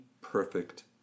perfect